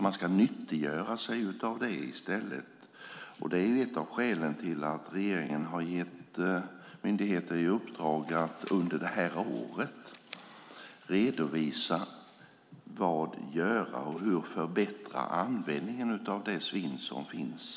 Man ska nyttiggöra det i stället. Det är ett av skälen till att regeringen har gett myndigheter i uppdrag att under detta år redovisa vad man kan göra och hur man kan förbättra användningen av det svinn som finns.